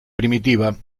primitiva